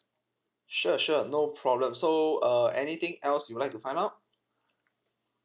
sure sure no problem so uh anything else you would like to find out